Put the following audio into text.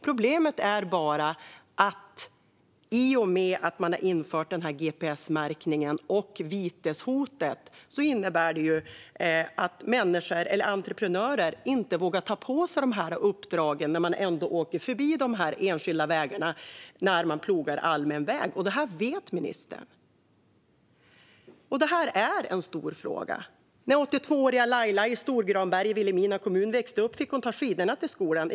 Problemet är bara att i och med att man har infört den här gps-märkningen och viteshotet vågar entreprenörer inte ta på sig de här uppdragen fast de ändå åker förbi de enskilda vägarna när de plogar allmän väg. Det här vet ministern. Det här är en stor fråga. När 82-åriga Laila i Storgranberg i Vilhelmina kommun växte upp fick hon ta skidorna till skolan.